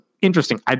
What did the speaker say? interesting